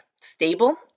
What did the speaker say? stable